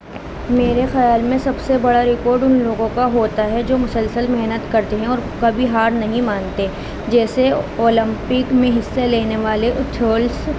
میرے خیال میں سب سے بڑا ریکارڈ ان لوگوں کا ہوتا ہے جو مسلسل محنت کرتے ہیں اور کبھی ہار نہیں مانتے جیسے اولمپک میں حصہ لینے والے ایتھلیٹس